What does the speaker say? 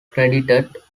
credited